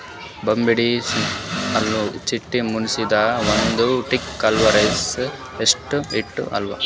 Bombycidae ಅನೊ ಚಿಟ್ಟೆ ಮನಿದು ಒಂದು ಕೀಟ ಇಲ್ಲಾ ರೇಷ್ಮೆ ಕೀಟ ಅವಾ